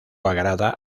agrada